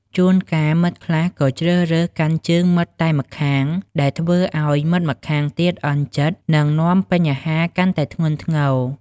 ជួនកាល មិត្តខ្លះក៏ជ្រើសរើសកាន់ជើងមិត្តតែម្ខាង ដែលធ្វើឲ្យមិត្តម្ខាងទៀតអន់ចិត្ត និងនាំបញ្ហាកាន់តែធ្ងន់ធ្ងរ។